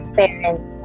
parents